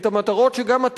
את המטרות שגם אתה,